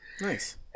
nice